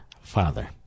father